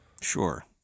Sure